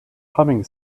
humming